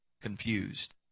confused